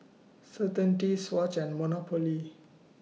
Certainty Swatch and Monopoly